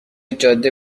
جاده